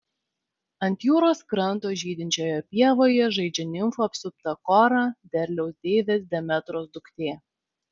ant jūros kranto žydinčioje pievoje žaidžia nimfų apsupta kora derliaus deivės demetros duktė